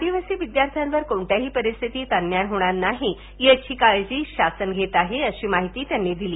आदिवासी विद्यार्थ्यांवर कोणत्याही परिस्थितीत अन्याय होणार नाही याची काळजी शासन घेत आहे अशी माहितीही त्यांनी दिली